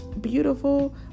beautiful